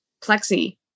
plexi